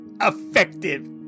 Effective